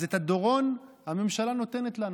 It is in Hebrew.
אז את הדורון הממשלה נותנת לנו,